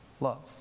Love